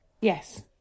Yes